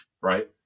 Right